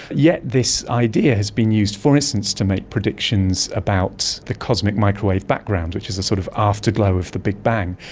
yet this idea has been used, for instance, to make predictions about the cosmic microwave background, which is a sort of afterglow of the big bang.